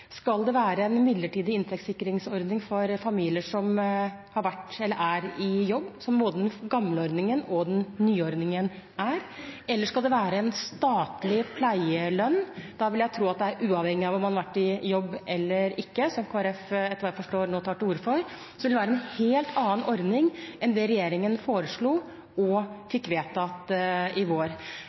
Skal det være en midlertidig inntektssikringsordning for familier som har vært eller er i jobb, som både den gamle og den nye ordningen er? Eller skal det være en statlig pleielønn? Jeg vil tro at det er dette, uavhengig av om man har vært i jobb eller ikke, Kristelig Folkeparti, etter hva jeg forstår, nå tar til orde for. Så det vil være en helt annen ordning enn det regjeringen foreslo og fikk vedtatt i vår.